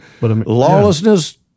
lawlessness